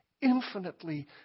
infinitely